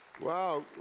Wow